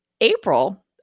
April